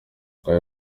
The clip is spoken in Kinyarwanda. ngaya